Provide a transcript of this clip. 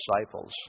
disciples